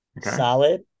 solid